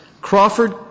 Crawford